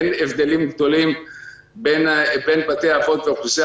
אין הבדלים גדולים בין בתי אבות והאוכלוסייה